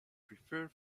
prefer